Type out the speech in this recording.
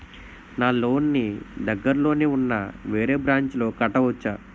నా లోన్ నీ దగ్గర్లోని ఉన్న వేరే బ్రాంచ్ లో కట్టవచా?